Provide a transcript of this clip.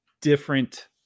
different